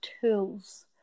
tools